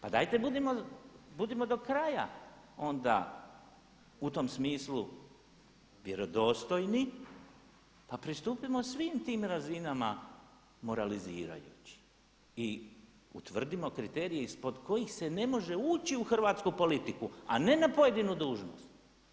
Pa dajte budimo do kraja onda u tom smislu vjerodostojnosti pa pristupimo svim tim razinama moralizirajući i utvrdimo kriterij ispod kojih se ne može ući u hrvatsku politiku, a ne na pojedinu dužnost.